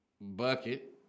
bucket